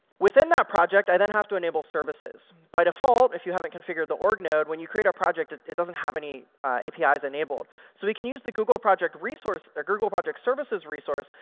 within that project i then have to enable services. by default, if you haven't configured the org node when you create a project, it doesn't have any apis enabled. so we can use the google project resource ah google project services resource,